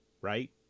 Right